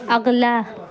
اگلا